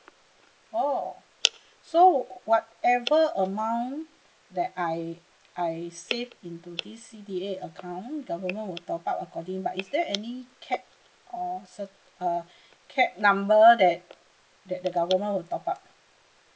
orh so whatever amount that I I saved into this C_D_A account government will top up accordingly but is there any cap or cert~ uh cap number that that the government will top up